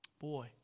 Boy